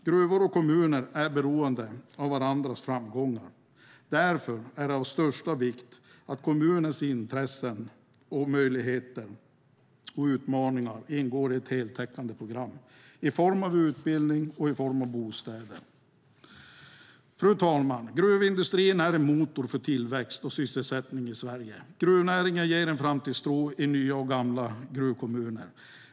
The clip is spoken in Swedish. Gruvor och kommuner är beroende av varandras framgångar. Därför är det av största vikt att kommuners intressen, möjligheter och utmaningar ingår i ett heltäckande program i form av utbildning och bostäder. Fru talman! Gruvindustrin är en motor för tillväxt och sysselsättning i Sverige. Gruvnäringen ger en framtidstro i nya och gamla gruvkommuner.